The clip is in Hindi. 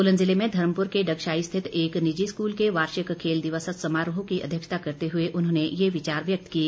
सोलन जिले में धर्मपुर के डगशाई स्थित एक निजी स्कूल के वार्षिक खेल दिवस समारोह की अध्यक्षता करते हुए उन्होंने ये विचार व्यक्त किए